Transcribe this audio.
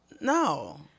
No